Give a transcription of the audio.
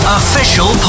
official